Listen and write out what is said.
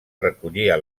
recollia